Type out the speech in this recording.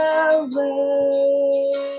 away